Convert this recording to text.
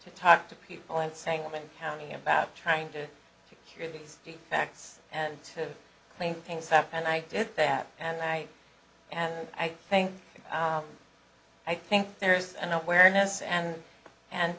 to talk to people and saying women tell me about trying to secure these defects and to clean things up and i did that and i and i think i think there's an awareness and and